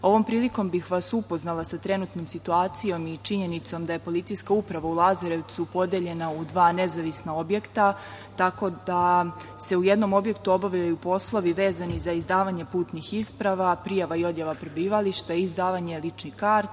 prilikom bih vas upoznala sa trenutnom situacijom i činjenicom da je PU u Lazarevcu podeljena u dva nezavisna objekta, tako da se u jednom objektu obavljaju poslovi vezani za izdavanje putnih isprava, prijava i odjava prebivališta i izdavanje ličnih karti,